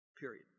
period